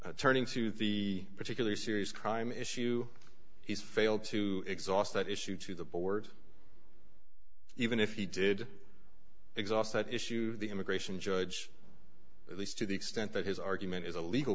conclusions turning to the particular serious crime issue he's failed to exhaust that issue to the board even if he did exhaust that issue the immigration judge at least to the extent that his argument is a legal